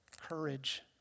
courage